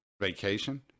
vacation